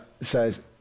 says